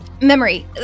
memory